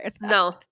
No